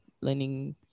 learning